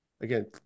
again